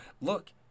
look